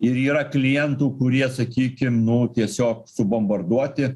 ir yra klientų kurie sakykim nu tiesiog subombarduoti